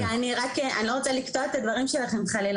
אני רק אני לא רוצה לקטוע את הדברים שלכם חלילה